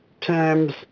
times